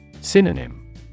Synonym